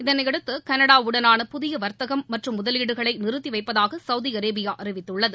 இதனையடுத்து கனடா வுடனான புதிய வர்த்தகம் மற்றும் முதலீடுகளை நிறுத்தி வைப்பதாக சௌதி அரேபியா அறிவித்துள்ளது